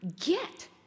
get